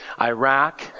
Iraq